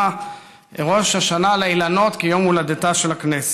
ראש השנה לאילנות כיום הולדתה של הכנסת.